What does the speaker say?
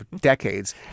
decades